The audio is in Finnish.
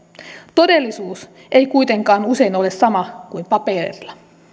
todellisuus ei kuitenkaan usein ole sama kuin paperilla